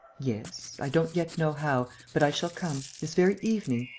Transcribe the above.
yes. i don't yet know how. but i shall come. this very evening.